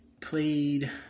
played